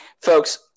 folks –